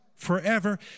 Forever